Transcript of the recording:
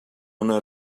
una